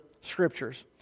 scriptures